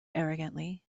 arrogantly